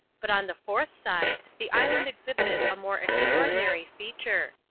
but on the fourth side the island exhibited a more extraordinary feature.